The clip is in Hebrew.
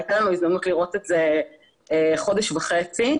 הייתה לנו הזדמנות לראות את זה חודש וחצי,